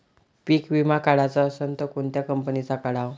पीक विमा काढाचा असन त कोनत्या कंपनीचा काढाव?